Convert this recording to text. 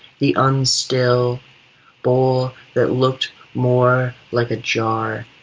the unstill bowl that looked more like a jar.